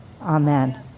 amen